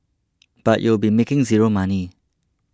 but you'll be making zero money